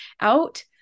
out